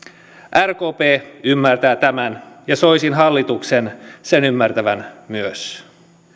rkp ymmärtää tämän ja soisin hallituksen sen ymmärtävän myös